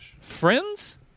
Friends